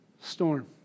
storm